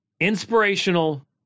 Inspirational